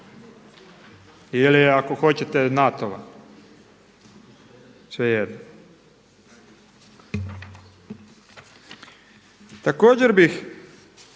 ili ako hoćete NATO-a, svejedno. Također bih